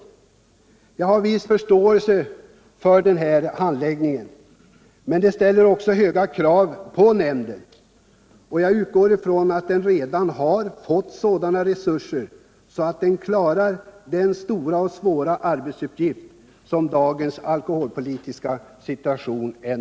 Jag har en viss förståelse för denna handläggning, men den ställer också höga krav på nämnden. Jag utgår dock från att nämnden redan har fått sådana resurser att den klarar de stora och svåra arbetsuppgifter som finns i dagens alkoholpolitiska situation.